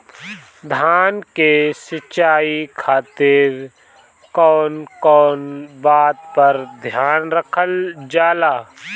धान के सिंचाई खातिर कवन कवन बात पर ध्यान रखल जा ला?